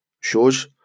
shows